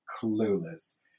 clueless